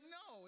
no